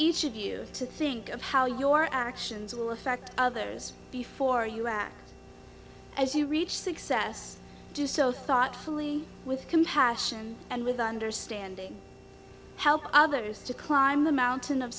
each of you to think of how your actions will affect others before you are as you reach success do so thoughtfully with compassion and with understanding help others to climb the mountain of